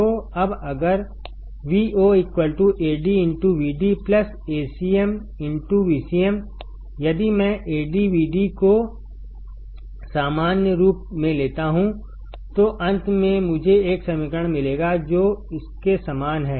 तो अब अगर Vo Ad Vd Acm Vcmयदि मैं AdVdको सामान्य रूप मेंलेता हूं तो अंत में मुझे एक समीकरण मिलेगा जो इसके समान है